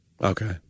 Okay